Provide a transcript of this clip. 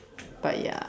but ya